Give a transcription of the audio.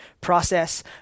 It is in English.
process